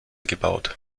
gebaut